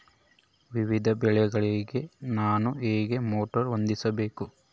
ವಿವಿಧ ಬೆಳೆಗಳಿಗೆ ನಾನು ಹೇಗೆ ಮೋಟಾರ್ ಹೊಂದಿಸಬೇಕು?